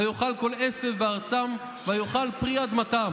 ויאכל כל עשב בארצם ויאכל פרי אדמתם.